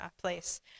place